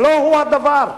ולא כך הדבר.